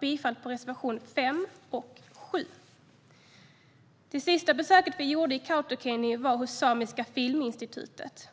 bifall till reservationerna 5 och 7. Det sista besöket vi gjorde i Kautokeino var hos samiska filminstitutet.